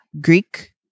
Greek